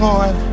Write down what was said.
Lord